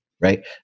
right